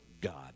God